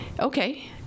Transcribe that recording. okay